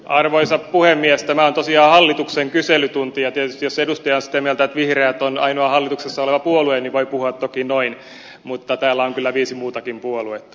tämä on tosiaan hallituksen kyselytunti ja tietysti jos edustaja on sitä mieltä että vihreät on ainoa hallituksessa oleva puolue niin voi puhua toki noin mutta täällä on kyllä viisi muutakin puoluetta